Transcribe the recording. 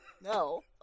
No